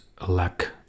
lack